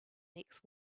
next